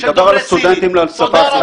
אני מדבר על הסטודנטים לשפה הסינית.